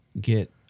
get